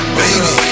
baby